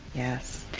yes,